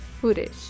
Footage